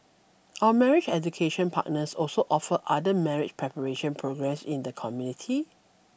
our marriage education partners also offer other marriage preparation programmes in the community